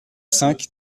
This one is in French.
cinq